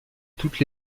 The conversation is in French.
toutes